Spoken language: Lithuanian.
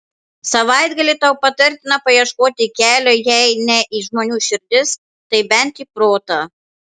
savaitgalį tau patartina paieškoti kelio jei ne į žmonių širdis tai bent į protą